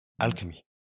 alchemy